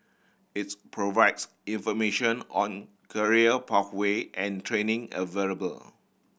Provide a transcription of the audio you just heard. its provides information on career pathway and training available